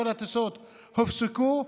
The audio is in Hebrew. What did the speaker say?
כל הטיסות הופסקו,